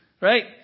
right